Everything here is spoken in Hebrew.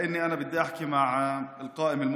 בבקשה, (אומר דברים בשפה הערבית,